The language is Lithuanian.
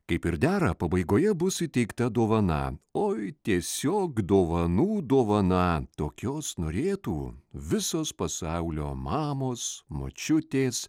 kaip ir dera pabaigoje bus įteikta dovana o tiesiog dovanų dovana tokios norėtų visos pasaulio mamos močiutės